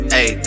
Hey